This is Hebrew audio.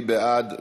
מי בעד?